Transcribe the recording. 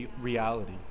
reality